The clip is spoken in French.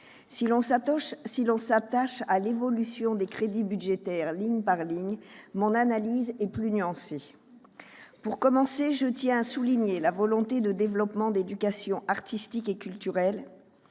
Si l'on s'attache à l'évolution des crédits budgétaires ligne par ligne, mon analyse est plus nuancée. Pour commencer, je tiens à relever la volonté de développer l'éducation artistique et culturelle.